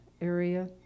area